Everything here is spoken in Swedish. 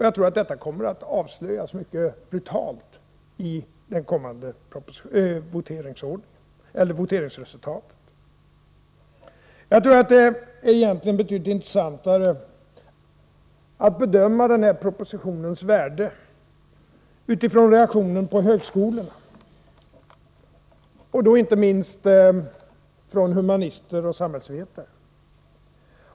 Jag 'tror att detta kommer att avslöjas vecklingsverksambrutalt i det kommande voteringsresultatet. Hej Jag tror att det egentligen är betydligt intressantare att bedöma den här propositionens värde utifrån reaktionen på högskolorna och då inte minst från humanister och samhällsvetare.